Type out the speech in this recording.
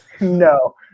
No